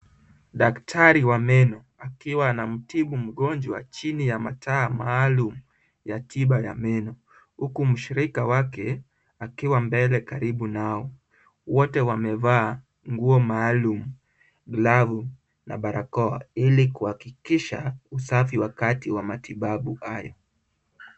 Daktari wa meno akiwa anamtibu mgonjwa chini ya mataa maalum ya tiba ya meno huku mshirika wake akiwa mbele karibu nao. Wote wamevaa nguo maalum, glavu na barakoa ili kuhakikisha usafi wakati wa matibabu hayo.